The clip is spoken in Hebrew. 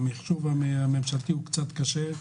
המחשוב הממשלתי הוא קצת קשה.